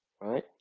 right